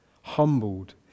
humbled